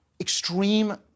Extreme